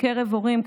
בקרב הורים.